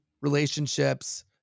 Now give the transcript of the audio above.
relationships